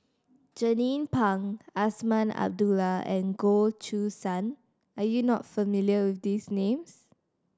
Jernnine Pang Azman Abdullah and Goh Choo San are you not familiar with these names